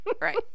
Right